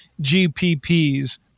GPPs